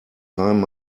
time